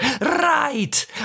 Right